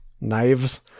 knives